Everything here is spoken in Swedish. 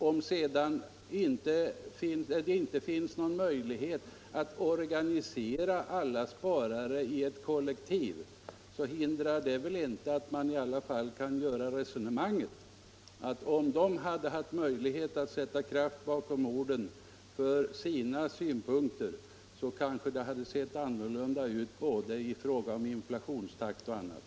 Om det inte finns någon möjlighet att organisera alla sparare i ett kollektiv, så hindrar det väl inte att man i alla fall kan föra resonemanget att om spararna hade haft möjlighet att sätta kraft bakom sina synpunkter, hade det kanske sett annorlunda ut i fråga om både inflationstakt och annat.